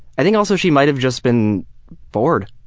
i think also she might have just been bored.